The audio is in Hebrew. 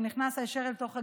הוא נכנס הישר אל תוך הגיהינום.